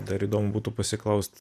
dar įdomu būtų pasiklaust